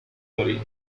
torino